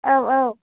औ औ